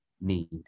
need